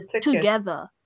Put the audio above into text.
together